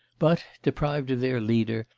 but, deprived of their leader,